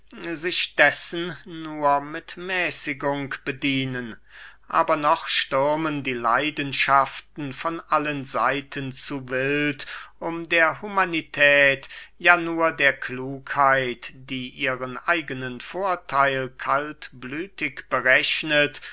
sich dessen nur mit mäßigung bedienen aber noch stürmen die leidenschaften von allen seiten zu wild um der humanität ja nur der klugheit die ihren eigenen vortheil kaltblütig berechnet